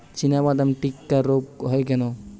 চিনাবাদাম টিক্কা রোগ হয় কেন?